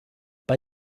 bei